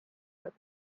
but